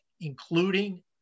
including